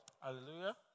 Hallelujah